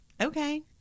okay